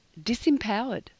disempowered